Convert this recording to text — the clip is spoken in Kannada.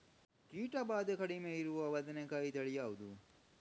ಕೀಟ ಭಾದೆ ಕಡಿಮೆ ಇರುವ ಬದನೆಕಾಯಿ ತಳಿ ಯಾವುದು?